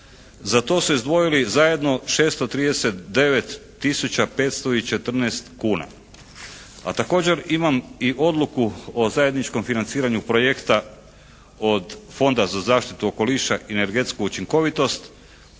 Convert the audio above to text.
Za to su izdvojili zajedno 639 tisuća 514 kuna. A također imam i odluku o zajedničkom financiranju projekta od Fonda za zaštitu okoliša i energetsku učinkovitost